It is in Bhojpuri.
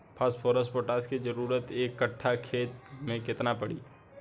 फॉस्फोरस पोटास के जरूरत एक कट्ठा खेत मे केतना पड़ी?